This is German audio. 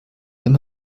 wenn